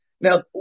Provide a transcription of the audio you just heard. Now